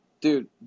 Dude